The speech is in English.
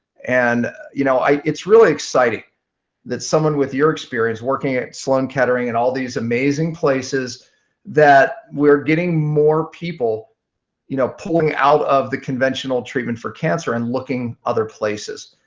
and you know it's really exciting that someone with your experience, working at sloan kettering and all these amazing places that we're getting more people you know pulling out of the conventional treatment for cancer and looking other places.